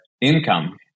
income